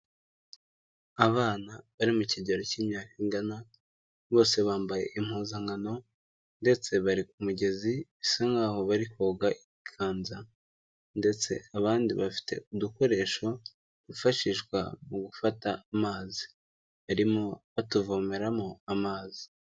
Abana bari mu kigero cy'imyaka ingana bose bambaye impuzankano ndetse bari ku mugezi bisa nkaho bari koga ibiganza ndetse abandi bafite udukoresho twifashishwa mu gufata amazi, barimo batuvomeramo amazi.